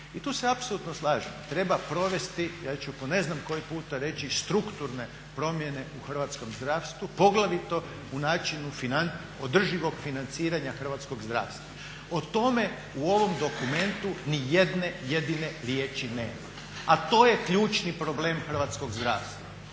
i tu se apsolutno slažem, treba provesti, ja ću po ne znam koji puta reći strukturne promjene u hrvatskom zdravstvu poglavito u načinu održivog financiranja hrvatskog zdravstava. O tome u ovom dokumentu ni jedne jedine riječi nema, a to je ključni problem hrvatskog zdravstva.